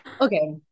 Okay